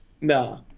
No